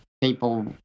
people